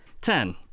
Ten